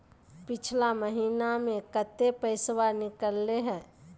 पिछला महिना मे कते पैसबा निकले हैं?